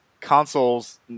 consoles